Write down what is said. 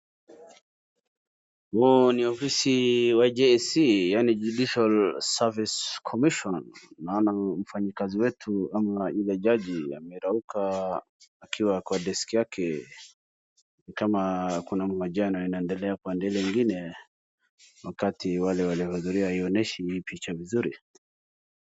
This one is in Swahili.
Huu ni ofisi wa JSC yaani Judicial Service Commission. Naona mfanyikazi wetu ama yule jaji amerauka akiwa kwa deski yake. Ni kama kuna mahojiano inaendelea pande ile ingine wakati wale waliohudhuria haionyeshi hii picha vizuri.